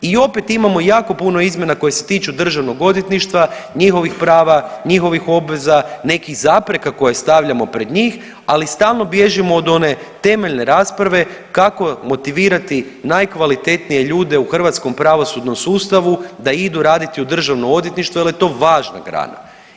I opet imamo jako puno izmjena koje se tiču Državnog odvjetništva, njihovih prava, njihovih obveza, nekih zapreka koje stavljamo pred njih ali stalno bježimo od one temeljne rasprave kako motivirati najkvalitetnije ljude u hrvatskom pravosudnom sustavu da idu raditi u Državno odvjetništvo jer je to važna grana.